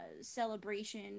celebration